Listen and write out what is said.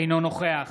אינו נוכח